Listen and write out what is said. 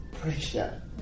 pressure